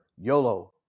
YOLO